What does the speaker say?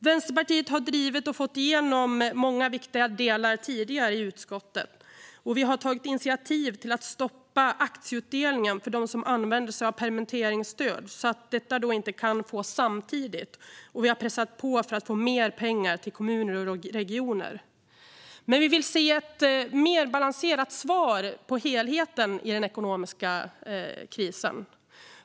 Vänsterpartiet har drivit och fått igenom många viktiga delar tidigare i utskottet, och vi har tagit initiativ till att stoppa aktieutdelningen för dem som använder sig av permitteringsstöd, så att detta inte kan fås samtidigt. Och vi har pressat på för att få mer pengar till kommuner och regioner. Men vi vill se ett mer balanserat svar när det gäller helheten i den ekonomiska krisen.